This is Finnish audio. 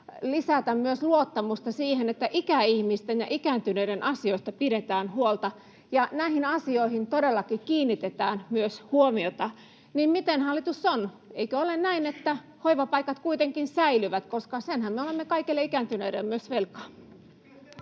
lisätä luottamusta siihen, että ikäihmisten ja ikääntyneiden asioista pidetään huolta ja näihin asioihin todellakin myös kiinnitetään huomiota. Miten on, hallitus, eikö ole näin, että hoivapaikat kuitenkin säilyvät, koska senhän me olemme kaikille ikääntyneille velkaa?